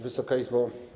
Wysoka Izbo!